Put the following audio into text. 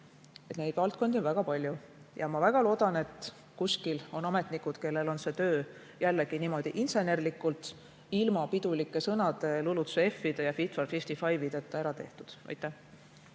Neid valdkondi on väga palju. Ma väga loodan, et kuskil on ametnikud, kellel on see töö, jällegi insenerlikult, ilma pidulike sõnade, LULUCF-ide ja "Fit for 55-deta" ära tehtud. Aitäh!